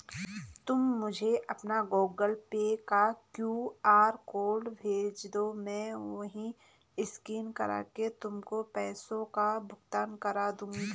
तुम मुझे अपना गूगल पे का क्यू.आर कोड भेजदो, मैं वहीं स्कैन करके तुमको पैसों का भुगतान कर दूंगी